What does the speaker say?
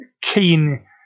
keen